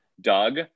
Doug